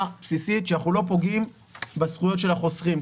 בסיסית שאנחנו לא פוגעים בזכויות של החוסכים,